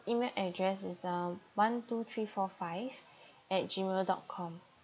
email address is um one two three four five at gmail dot com